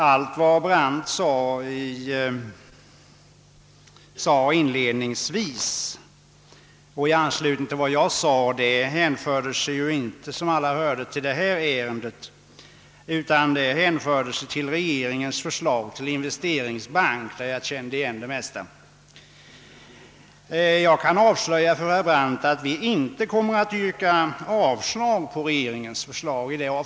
Herr talman! Allt vad herr Brandt inledningsvis sade i anslutning till vad jag sagt gällde, som alla hörde, inte det ärende vi nu behandlar utan regeringens förslag till investeringsbank. Jag kände igen det mesta. Jag skall avslöja för herr Brandt att vi inte kommer att rösta emot regeringens förslag i den frågan.